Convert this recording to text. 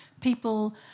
people